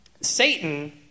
Satan